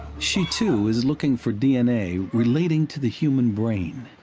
she, too, is looking for d n a. relating to the human brain.